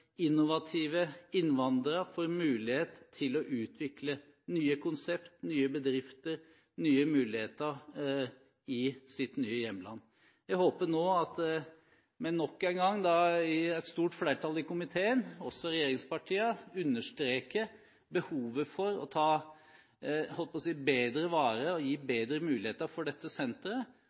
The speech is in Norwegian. innovative innvandrere får muligheten til å utvikle nye konsepter, bedrifter og muligheter i sitt nye hjemland. Jeg håper nok en gang at vi nå, med et stort flertall i komiteen, inkludert regjeringspartiene, understreker behovet for å ta bedre vare på og gi bedre muligheter til dette senteret,